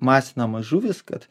masinamos žuvys kad